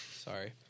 Sorry